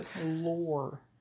Lore